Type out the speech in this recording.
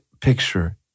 picture